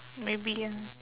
maybe ya